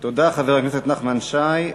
תודה, חבר הכנסת נחמן שי.